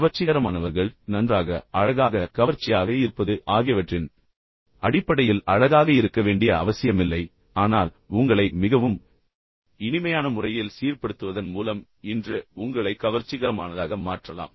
கவர்ச்சிகரமானவர்கள் நன்றாக அழகாக கவர்ச்சியாக இருப்பது ஆகியவற்றின் அடிப்படையில் அழகாக இருக்க வேண்டிய அவசியமில்லை ஆனால் உங்களை மிகவும் இனிமையான முறையில் சீர்ப்படுத்துவதன் மூலம் இன்று உங்களை கவர்ச்சிகரமானதாக மாற்றலாம்